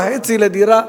1.5 מיליון לדירה,